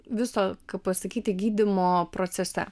viso kaip pasakyti gydymo procese